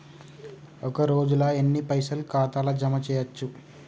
ఒక రోజుల ఎన్ని పైసల్ ఖాతా ల జమ చేయచ్చు?